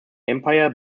empire